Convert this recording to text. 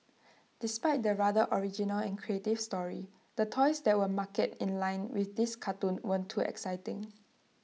despite the rather original and creative story the toys that were marketed in line with this cartoon weren't too exciting